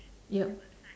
yup